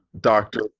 doctor